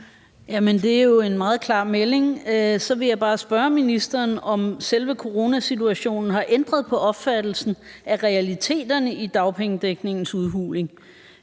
det er jo en meget klar melding. Så vil jeg bare spørge ministeren, om selve coronasituationen har ændret på opfattelsen af realiteterne i dagpengedækningens udhuling.